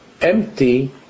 empty